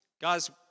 Guys